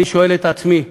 אני שואל את עצמי,